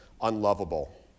unlovable